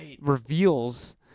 reveals